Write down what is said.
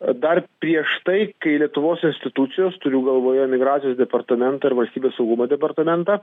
dar prieš tai kai lietuvos institucijos turiu galvoje migracijos departamentą ir valstybės saugumo departamentą